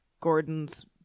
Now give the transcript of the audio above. Gordon's